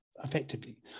effectively